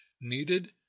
needed